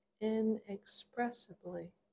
inexpressibly